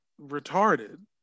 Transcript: retarded